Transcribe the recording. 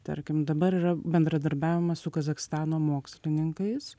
tarkim dabar yra bendradarbiavimas su kazachstano mokslininkais